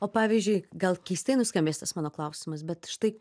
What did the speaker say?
o pavyzdžiui gal keistai nuskambės tas mano klausimas bet štai